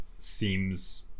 seems